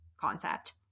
concept